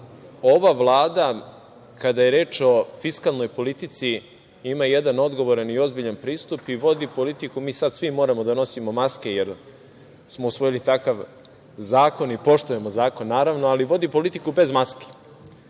ova Vlada, kada je reč o fiskalnoj politici ima jedan odgovoran i ozbiljan pristup i vodi politiku, mi sad moramo svi da nosimo maske, jer smo usvojili takav zakon i poštujemo zakon, naravno, ali vodimo politiku bez maske.